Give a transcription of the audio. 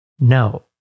No